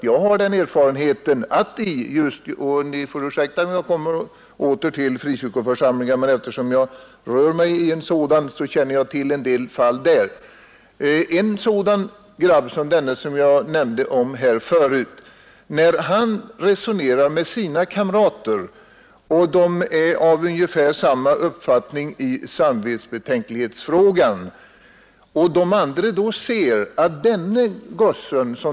Jag ber om ursäkt att jag återkommer till frikyrkoförsamlingarna, men eftersom jag rör mig i en sådan känner jag till en del fall där. När en sådan pojke som den jag förut omnämnde berättar för sina kamrater att han fått avslag, resignerar dessa. De har ungefär samma uppfattning som han och samma samvetsbetänkligheter.